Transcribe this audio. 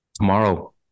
tomorrow